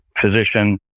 physician